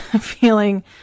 feeling